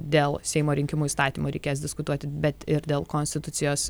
dėl seimo rinkimų įstatymo reikės diskutuoti bet ir dėl konstitucijos